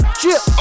chip